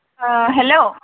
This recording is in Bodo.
ओ हेल'